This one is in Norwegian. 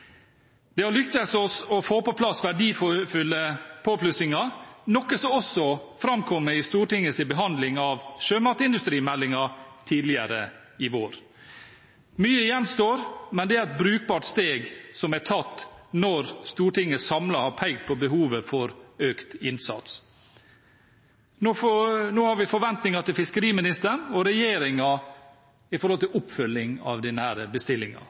Det har lyktes oss å få på plass verdifulle påplussinger, noe som også framkom i Stortingets behandling av sjømatindustrimeldingen tidligere i vår. Mye gjenstår, men det er et brukbart steg som er tatt når Stortinget samlet har pekt på behovet for økt innsats. Nå har vi forventninger til fiskeriministeren og regjeringen når det kommer til oppfølgingen av denne bestillingen. Det var fiskeriministeren inne på i